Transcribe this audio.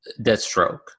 Deathstroke